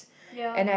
ya